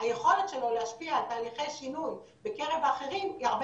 היכולת שלו להשפיע על תהליכי שינוי בקרב האחרים היא הרבה